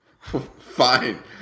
Fine